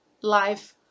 life